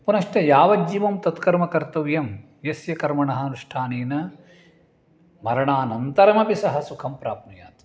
पुनश्च यावज्जीवं तत्कर्म कर्तव्यं यस्य कर्मणः अनुष्ठानेन मरणानन्तरमपि सः सुखं प्राप्नुयात्